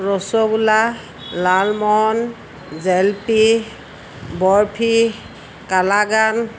rasgulla lalmohan jalebi barfi kalakand